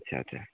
ए अच्छा